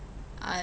I